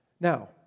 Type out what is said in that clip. Now